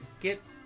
Get